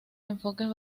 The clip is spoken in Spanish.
enfoques